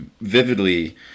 vividly